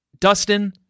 Dustin